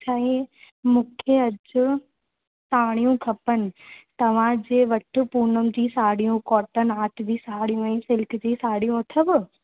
साईं मूंखे अॼु साड़ियूं खपनि तव्हांजे वटि पूनम जी साड़ियूं कोटन आट जी साड़ियूं सिल्क जी साड़ियूं अथव